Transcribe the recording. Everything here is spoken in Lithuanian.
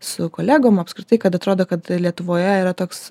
su kolegom apskritai kad atrodo kad lietuvoje yra toks